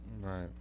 Right